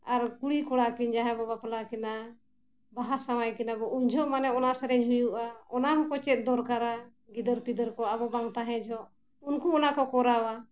ᱟᱨ ᱠᱩᱲᱤ ᱠᱚᱲᱟ ᱠᱤᱱ ᱡᱟᱦᱟᱸᱭ ᱵᱚ ᱵᱟᱯᱞᱟ ᱠᱤᱱᱟ ᱵᱟᱦᱟ ᱥᱚᱣᱟᱭ ᱠᱤᱱᱟ ᱵᱚᱱ ᱩᱱ ᱡᱚᱠᱷᱚᱱ ᱢᱟᱱᱮ ᱚᱱᱟ ᱥᱮᱨᱮᱧ ᱦᱩᱭᱩᱜᱼᱟ ᱚᱱᱟ ᱦᱚᱸᱠᱚ ᱪᱮᱫ ᱫᱚᱨᱠᱟᱨᱟ ᱜᱤᱫᱟᱹᱨ ᱯᱤᱫᱟᱹᱨ ᱠᱚ ᱟᱵᱚ ᱵᱟᱝ ᱛᱟᱦᱮᱸ ᱡᱚᱠᱷᱚᱱ ᱩᱱᱠᱩ ᱚᱱᱟ ᱠᱚ ᱠᱚᱨᱟᱣᱟ